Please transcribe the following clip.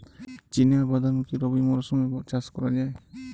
চিনা বাদাম কি রবি মরশুমে চাষ করা যায়?